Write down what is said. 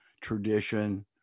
tradition